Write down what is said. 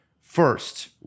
first